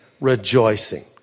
rejoicing